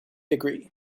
agree